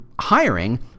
hiring